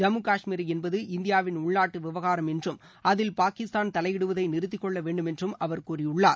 ஜம்மு காஷ்மீர் என்பது இந்தியாவின் உள்நாட்டு விவகாரம் என்றும் அதில் பாகிஸ்தான் தலையிடுவதை நிறுத்திக்கொள்ள வேண்டுமென்று அவர் கூறியுள்ளார்